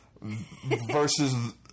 versus